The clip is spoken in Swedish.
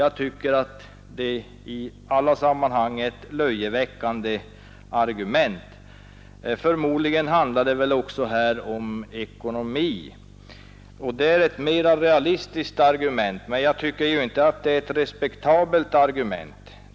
Jag tycker att det i alla sammanhang är ett löjeväckande argument. Förmodligen handlar det också här om ekonomi, och det är ett mera realistiskt argument, men jag tycker inte att det är ett respektabelt argument.